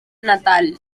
natal